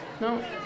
No